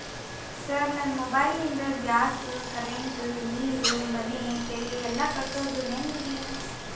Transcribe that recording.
Sir ನನ್ನ mobile ನಿಂದ gas, current, ನೇರು, ಮನೆ ತೆರಿಗೆ ಎಲ್ಲಾ ಕಟ್ಟೋದು ಹೆಂಗ್ರಿ?